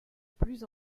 plus